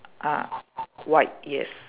ah white yes